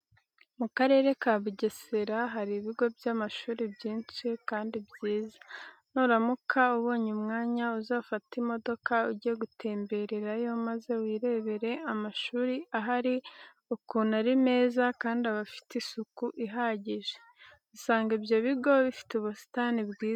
Mu Karere ka Bugesera hari ibigo by'amashuri byinshi kandi byiza. Nuramuka ubonye umwanya uzafate imodoka ujye gutembererayo maze wirebere amashuri ahari ukuntu ari meza kandi aba afite isuku ihagije. Usanga ibyo bigo bifite ubusitani bwiza ndetse bifite n'ibikoresho bihagije.